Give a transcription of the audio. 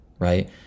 Right